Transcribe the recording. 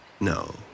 No